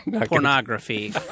pornography